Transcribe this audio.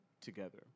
together